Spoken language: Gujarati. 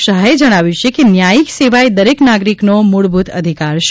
શાહે જણાવ્યું કે ન્યાયિક સેવા એ દરેક નાગરિકનો મૂળભૂત અધિકાર છે